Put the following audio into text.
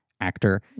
Actor